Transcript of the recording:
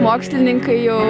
mokslininkai jau